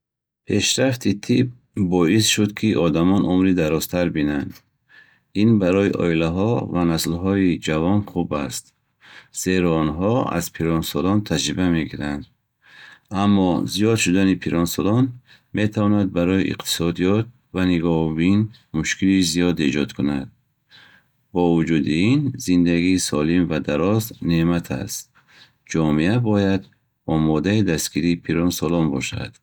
Пешрафти тиб боис шуд, ки одамон умри дарозтар бинанд. Ин барои оилаҳо ва наслҳои ҷавон хуб аст, зеро онҳо аз пиронсолон таҷриба мегиранд. Аммо зиёд шудани пиронсолон метавонад барои иқтисодиёт ва нигоҳубин мушкилии зиёд эҷод кунад. Бо вуҷуди ин, зиндагии солим ва дароз неъмат аст. Ҷомеа бояд омодаи дастгирии пиронсолон бошад.